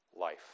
life